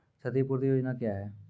क्षतिपूरती योजना क्या हैं?